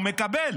הוא מקבל